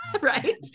right